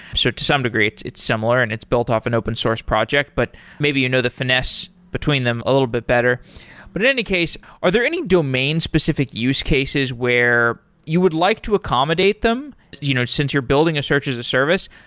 so to some degree it's it's similar and it's built off an open-source project. but maybe you know the finesse between them a little bit better but in any case, are there any domain specific use cases where you would like to accommodate them you know since you're building a search as a service,